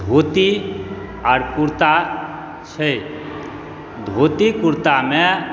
धोती आर कुर्ता छै धोती कुर्तामे